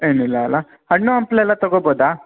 ಏನಿಲ್ಲ ಅಲ್ಲ ಹಣ್ಣು ಹಂಪಲೆಲ್ಲ ತೊಗೋಬೋದ